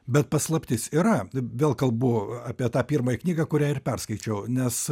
bet paslaptis yra vėl kalbu apie tą pirmąją knygą kurią ir perskaičiau nes